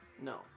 No